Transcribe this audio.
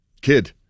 Kid